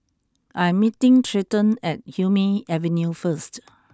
I'm meeting Treyton at Hume Avenue first